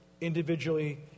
individually